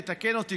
תתקן אותי,